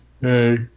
Hey